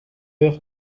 heure